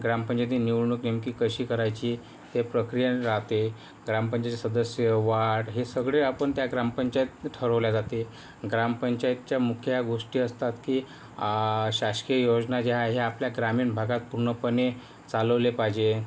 ग्राम पंचायती निवडणूक नेमकी कशी करायची ते प्रक्रिया पण राहते ग्राम पंचयतीचे सदस्य वाढ हे सगळे आपण त्या ग्राम पंचायतीत ठरवल्या जाते ग्राम पंचायतच्या मुख्य गोष्टी असतात की शासकीय योजना ज्या आहे आपल्या ग्रामीण भागात पूर्णपणे चालवले पाहिजे